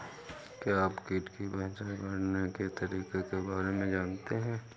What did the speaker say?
क्या आप कीट की पहचान करने के तरीकों के बारे में जानते हैं?